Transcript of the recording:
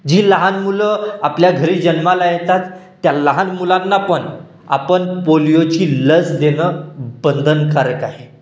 जी लहान मुलं आपल्या घरी जन्माला येतात त्या लहान मुलांना पण आपण पोलिओची लस देणं बंधनकारक आहे